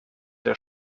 der